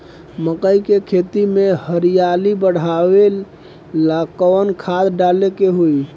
मकई के खेती में हरियाली बढ़ावेला कवन खाद डाले के होई?